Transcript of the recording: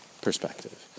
perspective